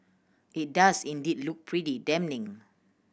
it does indeed look pretty damning